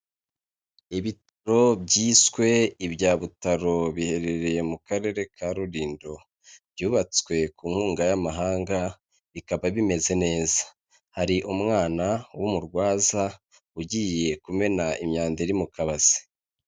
Ibitaro byiswe ibya Butaro biherereye mu karere ka Rulindo, byubatswe ku nkunga y'amahanga, bikaba bimeze neza, hari umwana w'umurwaza ugiye kumena imyanda iri mu kabase.